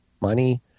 money